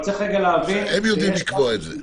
הם יודעים לקבוע את זה.